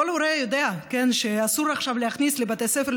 כל הורה יודע שאסור עכשיו להכניס לבתי ספר,